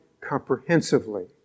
comprehensively